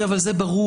זה ברור